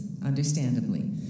understandably